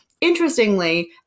Interestingly